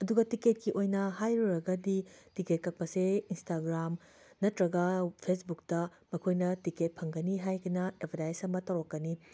ꯑꯗꯨꯒ ꯇꯤꯀꯦꯠꯀꯤ ꯑꯣꯏꯅ ꯍꯥꯏꯔꯨꯔꯒꯗꯤ ꯇꯤꯀꯦꯠ ꯀꯛꯄꯁꯦ ꯏꯟꯁꯇꯥꯒ꯭ꯔꯥꯝ ꯅꯠꯇ꯭ꯔꯒ ꯐꯦꯁꯕꯨꯛꯇ ꯃꯈꯣꯏꯅ ꯇꯤꯀꯦꯠ ꯐꯪꯒꯅꯤ ꯍꯥꯏꯗꯅ ꯑꯦꯗꯕꯔꯗꯥꯏꯁ ꯑꯃ ꯇꯧꯔꯛꯀꯅꯤ